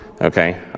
Okay